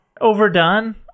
overdone